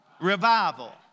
Revival